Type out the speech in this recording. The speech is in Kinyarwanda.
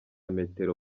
metero